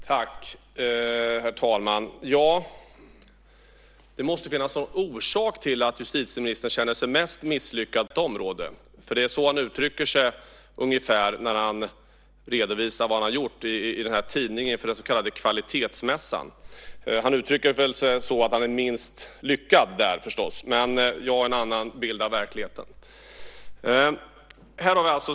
Herr talman! Det måste finnas en orsak till att justitieministern känner sig mest misslyckad på just detta område. Det är ungefär så han uttrycker sig när han redovisar vad han har gjort i tidningen inför den så kallade kvalitetsmässan. Han uttrycker sig så att han är minst lyckad - förstås. Men jag har en annan bild av verkligheten.